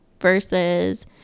versus